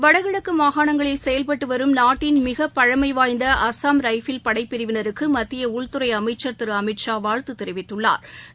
வடகிழக்கு மாகாணங்களில் செயல்பட்டு வரும் நாட்டின் மிக பழமை வாய்ந்த அஸ்ஸாம் ரைபிள் படைப்பிரிவினருக்கு மத்திய உள்துறை அமைச்சள் திரு அமித்ஷா வாழ்த்து தெரிவித்துள்ளாா்